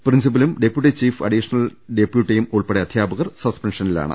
പ്രിൻസിപ്പലും deputy ചീഫും additional ഡെപ്യൂട്ടിയും ഉൾപ്പെടെ അധ്യാപകർ സസ്പെൻഷനിലാണ്